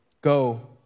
Go